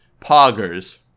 poggers